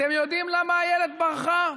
אתם יודעים למה אילת ברחה?